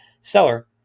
Stellar